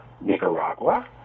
Nicaragua